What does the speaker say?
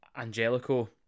Angelico